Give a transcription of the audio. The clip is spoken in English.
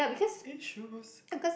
it shows